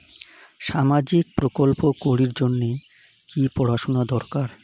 সামাজিক প্রকল্প করির জন্যে কি পড়াশুনা দরকার?